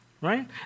right